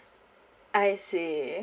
I see